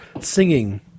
singing